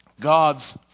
God's